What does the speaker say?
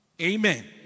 Amen